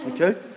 okay